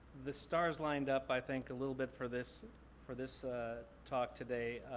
the stars lined up, i think, a little bit for this for this talk today.